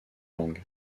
langue